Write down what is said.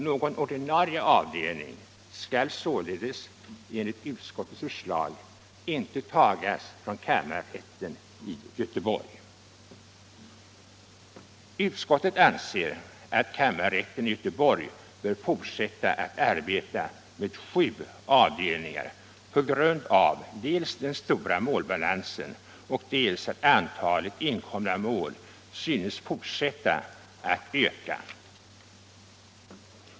Någon ordinarie avdelning skall så 59 ledes, enligt utskottets förslag, inte tas från kammarrätten i Göteborg. Utskottet anser att kammarrätten i Göteborg bör fortsätta att arbeta med sju avdelningar på grund av dels den stora målbalansen, dels att antalet inkomna mål synes fortsätta att öka.